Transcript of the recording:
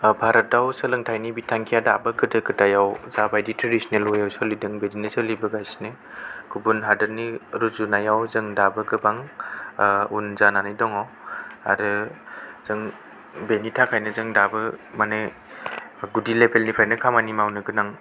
भारतआव सोलोंथाइनि बिथांखिया दाबो गोदो गोदायाव जा बायदि ट्रेडिशनेल वयेआव सोलिदों बिदिनो सोलिबोगासिनो गुबुन हादोरनि रुजुनायाव जों दाबो गोबां उन जानानै दङ आरो जों बेनि थाखायनो जों दाबो माने गुदि लेबेल निफ्रायनो खामानि मावनो गोनां